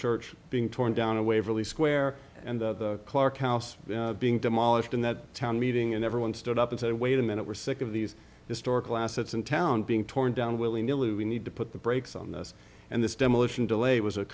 church being torn down a waverly square and the clark county being demolished in that town meeting and everyone stood up and say wait a minute we're sick of these historical assets in town being torn down willy nilly we need to put the brakes on this and this demolition delay was a